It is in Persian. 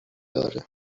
نداره